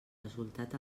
resultat